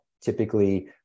Typically